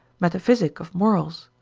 metaphysic of morals,